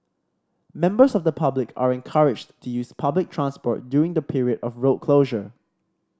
members of the public are encouraged to use public transport during the period of road closure